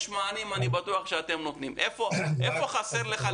אני בטוח שאתם נותנים מענים אבל איפה חסר לך,